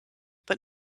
but